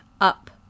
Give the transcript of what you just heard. up